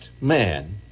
man